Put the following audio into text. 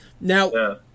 Now